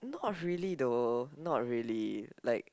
not really though not really like